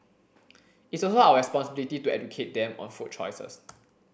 it's also our responsibility to educate them on food choices